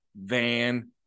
van